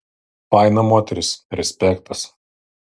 faina moteris respektas